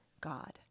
God